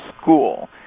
school